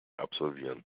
absolvieren